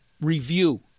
Review